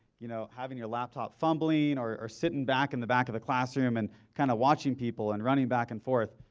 you know, having a laptop fumbling or sitting back in the back of the classroom and kind of watching people and running back and forth.